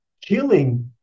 killing